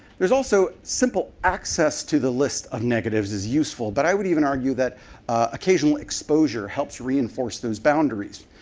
there's also simple access to the list of negatives as useful, but i would even argue that occasional exposure helps reinforce those boundaries.